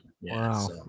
Wow